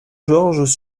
georges